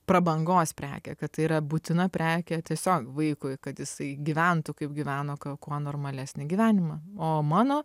prabangos prekė kad tai yra būtina prekė tiesiog vaikui kad jisai gyventų kaip gyveno kuo normalesnį gyvenimą o mano